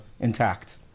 intact